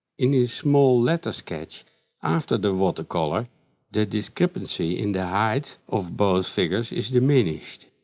in his small letter sketch after the watercolor the discrepancy in the height of both figures is diminished.